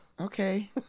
okay